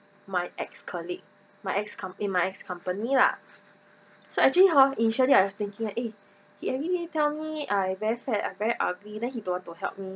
my ex colleague my ex com~ in my ex company lah so actually ha initially I was thinking eh he everyday tell me I very fat I very ugly then he don't want to help me